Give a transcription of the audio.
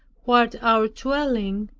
who art our dwelling,